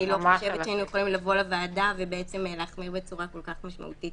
אני לא חושבת שהיינו יכולים לבוא לוועדה ולהחמיר בצורה כל כך משמעותית